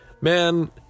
man